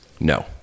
No